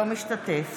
אינו משתתף